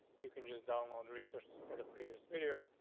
you can just download resources for the previous video.